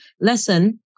lesson